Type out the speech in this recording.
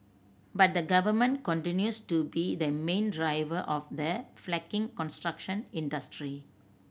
but the Government continues to be the main driver of the flagging construction industry